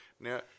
Now